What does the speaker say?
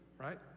right